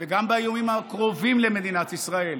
וגם באיומים הקרובים על מדינת ישראל,